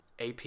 ap